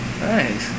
Nice